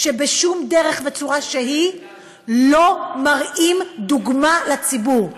שבשום דרך וצורה שהיא לא מראים דוגמה לציבור.